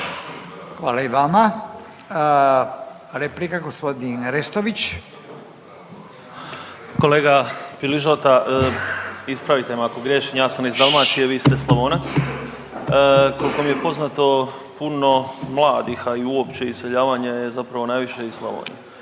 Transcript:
Hvala i vama. Replika g. Restović. **Restović, Tonči (SDP)** Kolega Piližota, ispravite me ako griješim, ja sam iz Dalmacije, vi ste Slavonac. Kolko mi je poznato puno mladih, a i uopće iseljavanje je zapravo najviše iz Slavonije